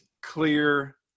clear